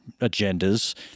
agendas